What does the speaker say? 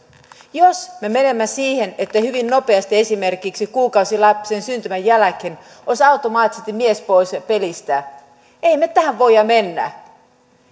jos me menemme siihen että hyvin nopeasti esimerkiksi kuukausi lapsen syntymän jälkeen olisi automaattisesti mies pois pelistä emme me tähän voi mennä